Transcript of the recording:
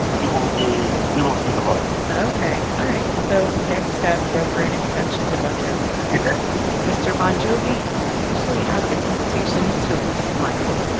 he will be he will see the light ok. all right. so next up, broker an introduction to bon jovi yeah mr. bon jovi, you officially have an invitation to lou's winery